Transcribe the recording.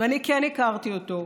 ואני כן הכרתי אותו,